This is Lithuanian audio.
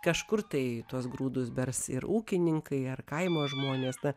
kažkur tai tuos grūdus bers ir ūkininkai ar kaimo žmonės na